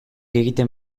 egiten